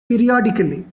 periodically